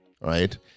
right